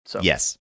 Yes